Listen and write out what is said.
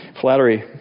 Flattery